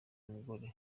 mugore